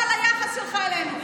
בזה ליחס שלך אלינו.